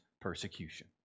persecution